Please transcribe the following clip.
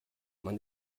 man